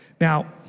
Now